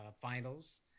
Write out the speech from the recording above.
Finals